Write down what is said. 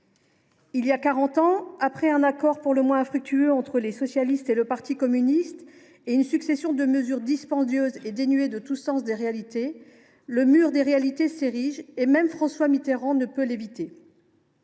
Il y a quarante ans, après un accord pour le moins infructueux entre les socialistes et le parti communiste français, et une succession de mesures dispendieuses et dénuées de tout sens des réalités, le mur des faits s’est érigé. Même François Mitterrand n’a pu l’éviter